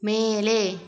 மேலே